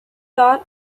thought